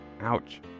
Ouch